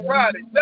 Friday